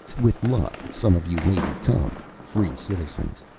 with luck, some of you may become free citizens.